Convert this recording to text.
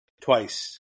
twice